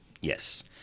Yes